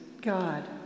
God